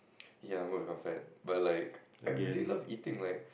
ya I'm gonna become fat but like I really love eating like